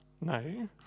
No